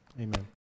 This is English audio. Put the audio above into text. amen